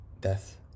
death